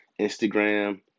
Instagram